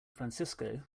francisco